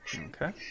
Okay